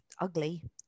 ugly